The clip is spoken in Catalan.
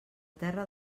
terra